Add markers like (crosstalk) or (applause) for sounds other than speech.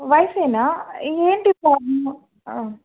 (unintelligible) వాయిసేనా ఏంటి ప్రాబ్లమ్